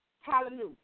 Hallelujah